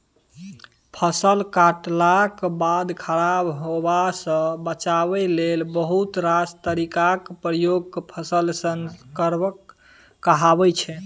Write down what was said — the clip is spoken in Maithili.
फसल कटलाक बाद खराब हेबासँ बचाबै लेल बहुत रास तरीकाक प्रयोग फसल संस्करण कहाबै छै